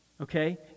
Okay